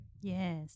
Yes